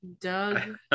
doug